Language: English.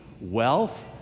wealth